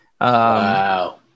Wow